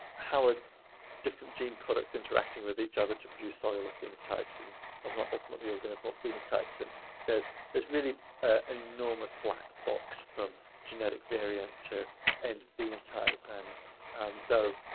ah different gene products interacting with each other to produce cellular phenotypes and and ultimately organismal phenotypes? and there's there's really an enormous black box from genetic variant to end phenotype. and so,